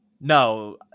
no